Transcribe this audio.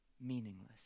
meaningless